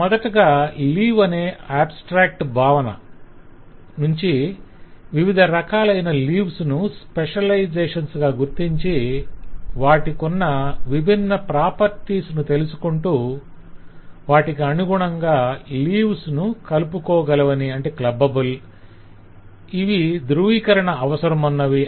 మనం మొదటగా లీవ్ అనే అబ్స్ట్రాక్ట్ భావన నుంచి వివిధ రకాలైన లీవ్స్ ను స్పెషలేజేషన్స్ గా గుర్తించి వాటికున్న విభిన్న ప్రాపర్టీస్ ను తెలుసుకొంటూ వాటికి అనుగుణంగా ఈ లీవ్స్ కలుపవకోగలవి ఇవి ధృవీకరణ అవసరమున్నవి